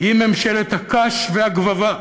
היא ממשלת הקש והגבבה,